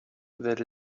that